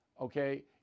okay